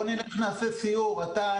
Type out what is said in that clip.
בוא נעשה סיור אתה,